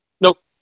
Nope